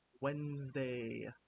Wednesday